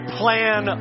plan